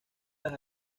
las